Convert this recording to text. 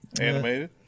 animated